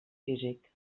físic